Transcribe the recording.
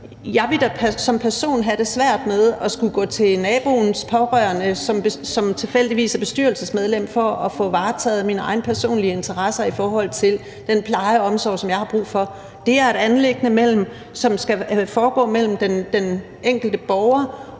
jeg da som person ville have det svært med at skulle gå til naboens pårørende, som tilfældigvis er bestyrelsesmedlem, for at få varetaget mine egne personlige interesser i forhold til den pleje og omsorg, som jeg har brug for. Det er et anliggende mellem den enkelte borger